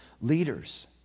leaders